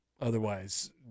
Otherwise